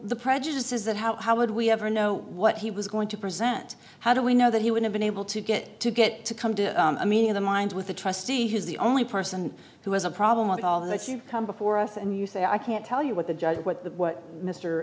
the prejudice is that how would we ever know what he was going to present how do we know that he would have been able to get to get to come to a meeting of the minds with a trustee who's the only person who has a problem with all this you come before us and you say i can't tell you what the